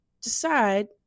decide